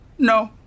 No